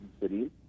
cities